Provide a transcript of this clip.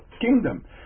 kingdom